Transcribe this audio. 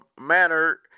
manner